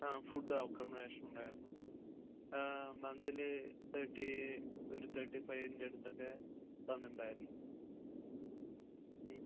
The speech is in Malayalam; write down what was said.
ആ ഫുഡും അക്കോമോഡേഷനും ഉണ്ടായിരുന്നു മന്ത്ലി തേർട്ടീ ഒരു തേർട്ടിഫൈവിൻ്റെ അടുത്തൊക്കെ തന്നിട്ടുണ്ടായിരുന്നു മ്